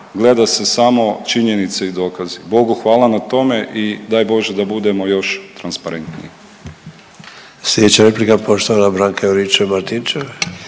gleda se samo činjenice i dokazi. Bogu hvala na tome i daj Bože da budemo još transparentniji.